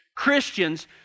Christians